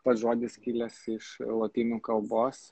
pats žodis kilęs iš lotynų kalbos